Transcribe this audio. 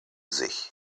sich